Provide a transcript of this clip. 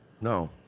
No